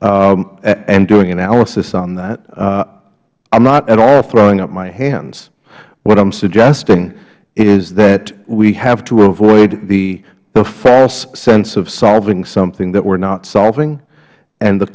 and doing analysis on that i am not at all throwing up my hands what i am suggesting is that we have to avoid the false sense of solving something that we are not solving and the